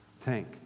tank